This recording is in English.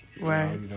Right